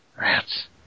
Rats